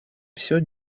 все